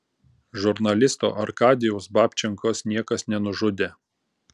žurnalisto arkadijaus babčenkos niekas nenužudė